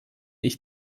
ich